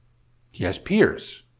he has peers,